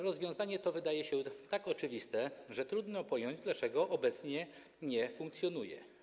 Rozwiązanie to wydaje się tak oczywiste, że trudno pojąć, dlaczego obecnie nie funkcjonuje.